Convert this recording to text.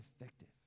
effective